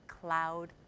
cloud